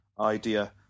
idea